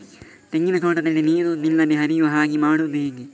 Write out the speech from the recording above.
ತೆಂಗಿನ ತೋಟದಲ್ಲಿ ನೀರು ನಿಲ್ಲದೆ ಹರಿಯುವ ಹಾಗೆ ಮಾಡುವುದು ಹೇಗೆ?